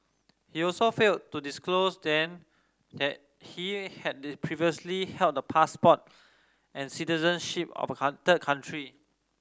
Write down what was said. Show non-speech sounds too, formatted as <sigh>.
he also failed to disclose then that he had previously held the passport and citizenship of <unintelligible> country